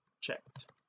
checked